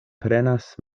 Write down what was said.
prenas